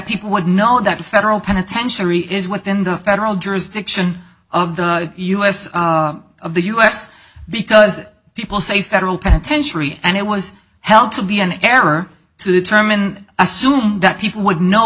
people would know that a federal penitentiary is within the federal jurisdiction of the u s of the u s because people say federal penitentiary and it was held to be an error to determine assumed that people would know